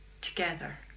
together